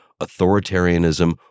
authoritarianism